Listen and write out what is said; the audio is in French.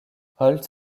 holt